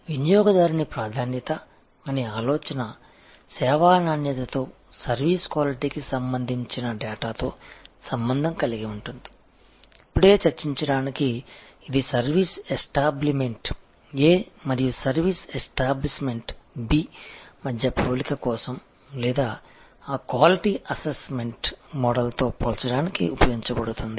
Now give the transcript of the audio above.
కాబట్టి వినియోగదారుని ప్రాధాన్యత అనే ఆలోచన సేవా నాణ్యతతో సర్వీస్ క్వాలిటీకి సంబంధించిన డేటాతో సంబంధం కలిగి ఉంటుంది ఇప్పుడే చర్చించడానికి ఇది సర్వీసు ఎస్టాబ్లిమెంట్ A మరియు సర్వీస్ ఎస్టాబ్లిష్మెంట్ B మధ్య పోలిక కోసం లేదా ఆ క్వాలిటీ అసెస్మెంట్ మోడల్తో పోల్చడానికి ఉపయోగించబడుతుంది